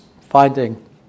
finding